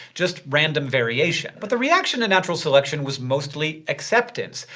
just random variation. but the reaction to natural selection was mostly acceptance.